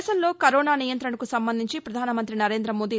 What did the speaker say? దేశంలో కరోనా నియంత్రణకు సంబంధించి పధానమంతి నరేంద మోదీ